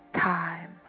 time